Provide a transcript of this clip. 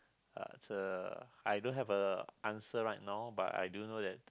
uh I don't have a answer right now but I do know that